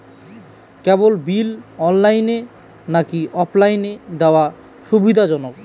কেবল bill অনলাইনে নাকি অফলাইনে দেওয়া সুবিধাজনক?